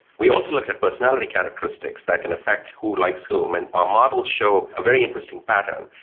we also looked at personality characteristics that can affect who likes whom, and our models show a very interesting pattern,